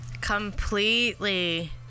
Completely